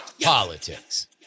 Politics